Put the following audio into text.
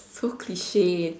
so cliche